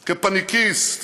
כ"פניקיסט",